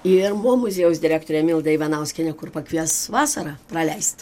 ir mo muziejaus direktorė milda ivanauskienė kur pakvies vasarą praleist